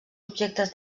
objectes